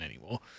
anymore